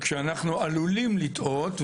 כשאנו עלולים לטעות,